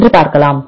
என்று பார்க்கலாம்